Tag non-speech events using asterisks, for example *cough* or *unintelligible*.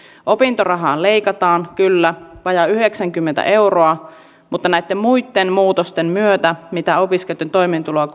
opintorahaa leikataan kyllä vajaa yhdeksänkymmentä euroa mutta näitten muitten muutosten myötä jotka opiskelijoitten toimeentuloa *unintelligible*